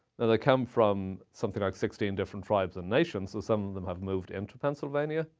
they come from something like sixteen different tribes and nations, so some of them have moved into pennsylvania,